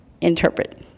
interpret